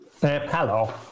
Hello